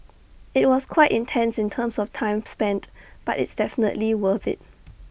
IT was quite intense in terms of time spent but it's definitely worth IT